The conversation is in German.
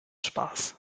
spaß